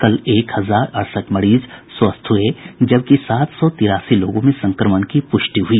कल एक हजार अड़सठ मरीज स्वस्थ हुए जबकि सात सौ तिरासी लोगों में संक्रमण की प्रष्टि हुई